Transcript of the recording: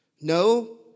No